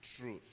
truth